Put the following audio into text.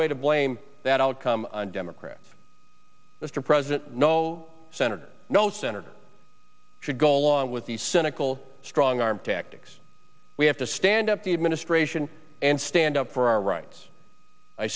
way to blame that outcome democrat mr president no senator no senator should go along with these cynical strong arm tactics we have to stand up the administration and stand up for our rights i